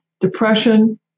depression